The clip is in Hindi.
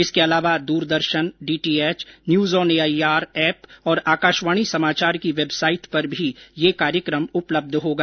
इसके अलावा Doordarshan DTH news on AIR app और आकाशवाणी समाचार की वेबसाइट पर भी ये कार्यक्रम उपलब्ध होगा